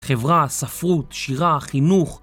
חברה, ספרות, שירה, חינוך